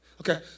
Okay